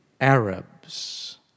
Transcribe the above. Arabs